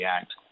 Act